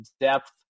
depth